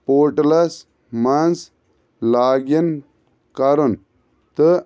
پورٹلَس منٛز log in کرُن تہٕ